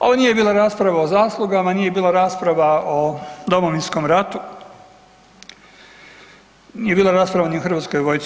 Ovo nije bila rasprava o zaslugama, nije bila rasprava o Domovinskom ratu, nije bila rasprava ni o Hrvatskoj vojsci.